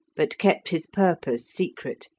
but kept his purpose secret,